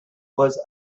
was